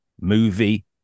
movie